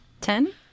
Ten